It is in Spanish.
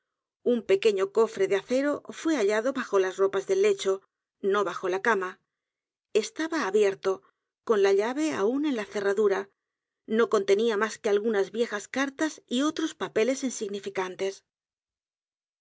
un pequeño cofre de acero fue hallado bajo las ropas del lecho no bajo la cama estaba abierto con la llave aún en la cerradura no contenía más que algunas viejas cartas y otros papeles insignificantes